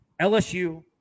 LSU